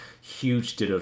huge